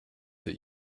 that